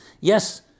Yes